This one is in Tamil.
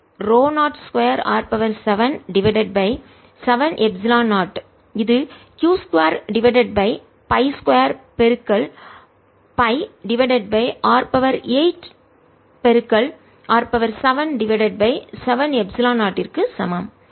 r dr02R770 எனவே செய்யப்படும் வேலை ρ0 2 R 7 டிவைடட் பை 7 எப்சிலன் 0இது q 2 டிவைடட் பை பை 2 பெருக்கல் பை டிவைடட் பை R 8 பெருக்கல் R 7 டிவைடட் பை 7 எப்சிலன் 0 ற்கு சமம்